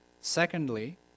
Secondly